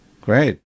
Great